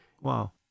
Wow